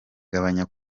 gabanya